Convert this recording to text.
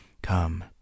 Come